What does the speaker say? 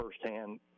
firsthand